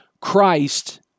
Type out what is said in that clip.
Christ